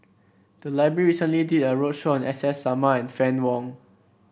the library recently did a roadshow on S S Sarma and Fann Wong